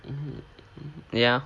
mmhmm ya